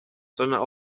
sondern